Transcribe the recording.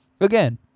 Again